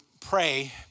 pray